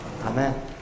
Amen